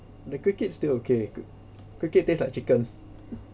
the cricket still okay cr~ cricket taste like chicken